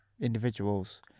individuals